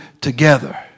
together